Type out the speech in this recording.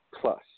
plus